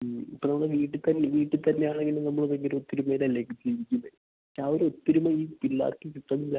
മ് ഇപ്പം നമ്മൾ വീട്ടിൽ തന്നെ വീട്ടിൽ തന്നെയാണെങ്കിലും നമ്മൾ ഭയങ്കര ഒത്തൊരുമയിലല്ലേ ജീവിക്കുന്നത് ആ ഒരൊത്തൊരുമ ഈ പിള്ളേർക്ക് കിട്ടുന്നില്ല